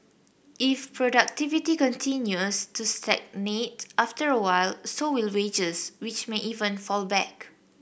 if productivity continues to stagnate after a while so will wages which may even fall back